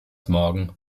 morgen